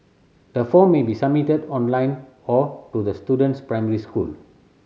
the form may be submitted online or to the student's primary school